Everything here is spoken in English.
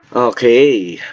okay!